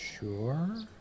Sure